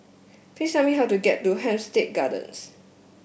please tell me how to get to Hampstead Gardens